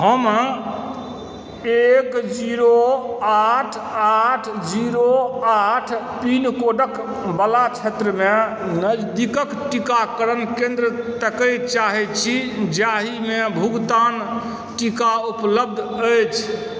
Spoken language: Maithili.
हम एक जीरो आठ आठ जीरो आठ पिनकोडवला क्षेत्रमे नजदीकके टीकाकरण केन्द्र ताकै चाहै छी जाहिमे भुगतान टीका उपलब्ध अछि